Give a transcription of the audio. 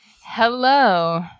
Hello